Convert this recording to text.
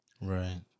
Right